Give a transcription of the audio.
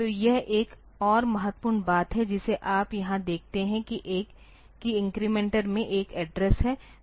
तो यह एक और महत्वपूर्ण बात है जिसे आप यहां देखते हैं कि इंक्रेमेंटर में एक एड्रेस है